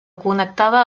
connectava